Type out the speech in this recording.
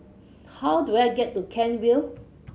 how do I get to Kent Vale